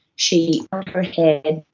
she her head,